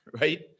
right